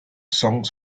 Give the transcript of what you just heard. songs